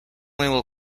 will